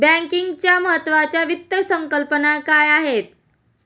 बँकिंगच्या महत्त्वाच्या वित्त संकल्पना काय आहेत?